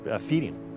feeding